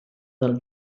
dels